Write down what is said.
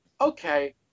okay